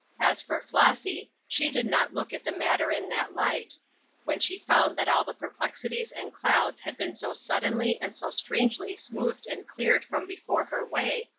as for flossy, she did not look at the matter in that light when she found that all the perplexities and clouds had been so suddenly and so strangely smoothed and cleared from before her way,